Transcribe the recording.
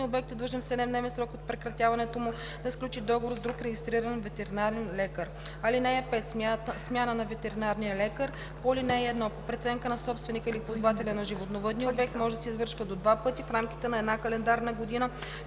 обект е длъжен в 7-дневен срок от прекратяването му да сключи договор с друг регистриран ветеринарен лекар. (5) Смяна на ветеринарния лекар по ал. 1 по преценка на собственика или ползвателя на животновъдния обект може да се извършва до два пъти в рамките на една календарна година